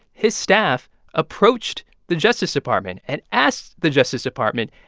his staff approached the justice department and asked the justice department,